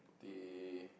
they